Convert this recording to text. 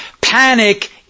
Panic